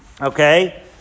Okay